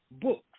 books